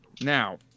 now